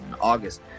August